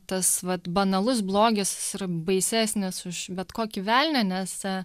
tas vat banalus blogis yra baisesnis už bet kokį velnią nes